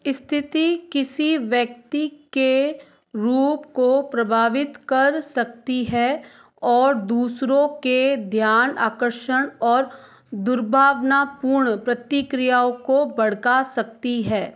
स्थिति किसी व्यक्ति के रूप को प्रभावित कर सकती है और दूसरों के ध्यान आकर्षण और दुर्भावनापूर्ण प्रतिक्रियाओं को भड़का सकती है